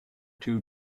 two